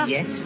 Yes